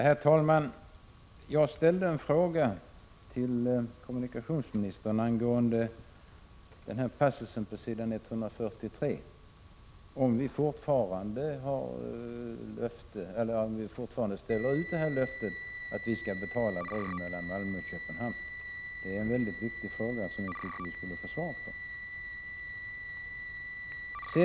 Herr talman! Jag ställde en fråga till kommunikationsministern angående passusen på s. 143i rapporten, nämligen om vi i Sverige fortfarande ställer ut löftet att vi skall betala bron mellan Malmö och Köpenhamn. Det är en oerhört viktig fråga, som jag tycker att vi måste få svar på.